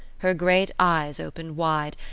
her great eyes opened wide,